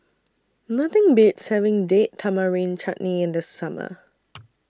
Nothing Beats having Date Tamarind Chutney in The Summer